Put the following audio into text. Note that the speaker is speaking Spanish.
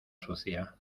sucia